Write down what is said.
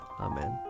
Amen